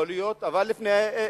להיות במאה החמישית.